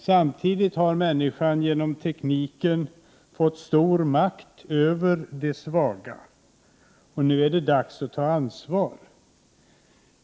Samtidigt har människan genom tekniken fått stor makt över de svaga. Nu är det dags att ta ansvar.